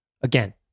Again